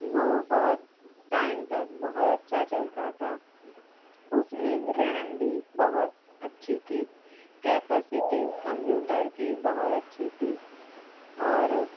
وہ بہت ٹائم تک بہت اچھا چلتا تھا اس میں ریم بھی بہت اچھی تھی کیپسٹی کمپیوٹر کی بہت اچھی تھی اور